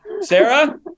Sarah